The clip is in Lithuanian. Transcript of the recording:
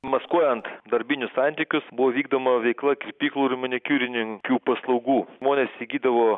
maskuojant darbinius santykius buvo vykdoma veikla kirpyklų ir manikiūrininkių paslaugų žmonės įgydavo